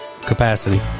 capacity